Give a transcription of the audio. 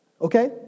Okay